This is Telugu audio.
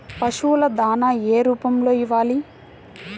పశువుల దాణా ఏ రూపంలో ఇవ్వాలి?